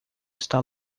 está